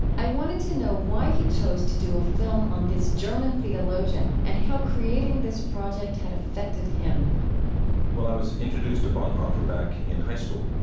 i wanted to know why he chose to do a film on this german theologian and how creating this project had affected him well, i was introduced to bonhoeffer back in high school.